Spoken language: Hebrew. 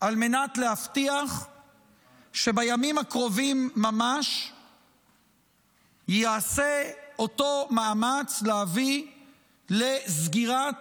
על מנת להבטיח שבימים הקרובים ממש ייעשה אותו מאמץ להביא לסגירת